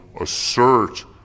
assert